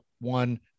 One